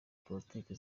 politiki